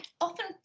often